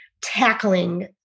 tackling